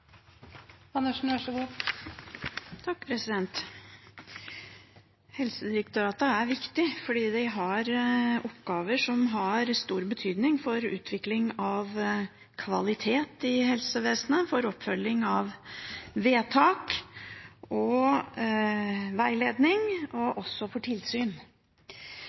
viktig fordi det har oppgaver som har stor betydning for utvikling av kvalitet i helsevesenet, for oppfølging av vedtak, for veiledning og for tilsyn.